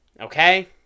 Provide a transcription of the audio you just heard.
okay